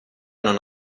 non